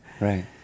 Right